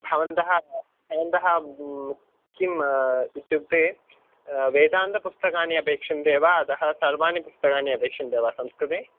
भवन्तः भवन्तः किम् इत्युक्ते वेदान्तपुस्तकानि अपेक्षन्ते वा अतः सर्वानि पुस्तकानि अपेक्षन्ते वा संस्कृते